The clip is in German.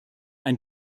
ein